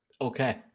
Okay